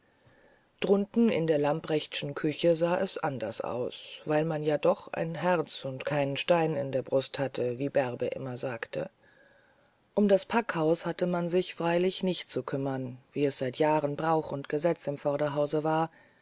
drunten in der lamprechtschen küche sah es anders aus weil man ja doch ein herz und keinen stein in der brust hatte wie bärbe immer sagte um das packhaus hatte man sich freilich nicht zu kümmern wie es seit jahren brauch und gesetz im vorderhause war